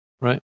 Right